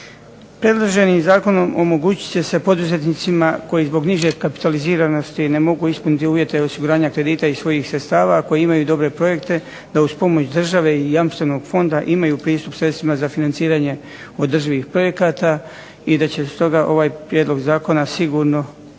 Predloženim zakonom omogućit će se poduzetnicima koji zbog niže kapitaliziranosti ne mogu ispuniti uvjete osiguranja kredita i svojih sredstava, a koji imaju dobre projekte da uz pomoć države i Jamstvenog fonda imaju pristup sredstvima za financiranje održivih projekata i da će stoga ovaj prijedlog zakona sigurno